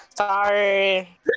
Sorry